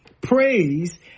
Praise